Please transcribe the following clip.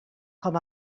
com